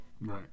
Right